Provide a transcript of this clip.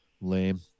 Lame